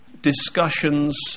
discussions